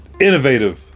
innovative